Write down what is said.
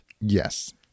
Yes